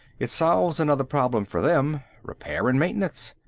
it solves another problem for them, repair and maintenance.